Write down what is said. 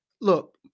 look